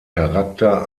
charakter